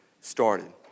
started